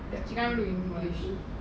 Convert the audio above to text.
the chicken wing was